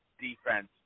defense